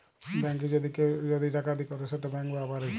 ব্যাংকে যদি কেউ যদি ডাকাতি ক্যরে সেট ব্যাংক রাবারি